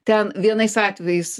ten vienais atvejais